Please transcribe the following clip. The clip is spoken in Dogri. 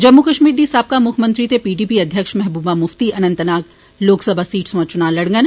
जम्मू कष्मीर दी साबका मुक्खमंत्री ते पी डी पी अध्यक्ष महबूबा मुफ्ती अन्नतनाग लोकसभा सीट सोयां चुना लडन